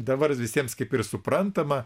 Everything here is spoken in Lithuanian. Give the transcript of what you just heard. dabar visiems kaip ir suprantama